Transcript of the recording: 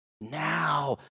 Now